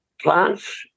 plants